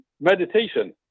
meditation